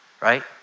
right